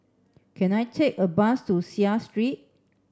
can I take a bus to Seah Street